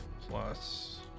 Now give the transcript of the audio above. plus